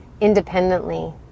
independently